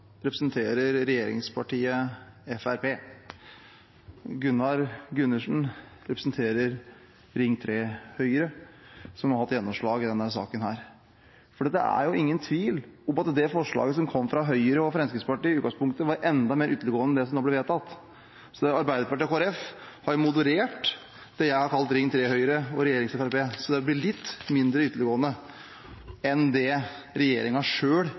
representerer regjeringspartiet Fremskrittspartiet. Gunnar Gundersen representerer Ring 3-Høyre, som nå har hatt gjennomslag i denne saken. Det er ingen tvil om at det forslaget som kom fra Høyre og Fremskrittspartiet, i utgangspunktet var enda mer ytterliggående enn det som nå blir vedtatt. Arbeiderpartiet og Kristelig Folkeparti har moderert det jeg har kalt Ring 3-Høyre og regjerings-FrP, slik at forslaget til vedtak blir litt mindre ytterliggående enn det